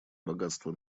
богатство